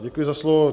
Děkuji za slovo.